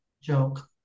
Joke